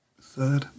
Third